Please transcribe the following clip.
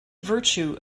virtue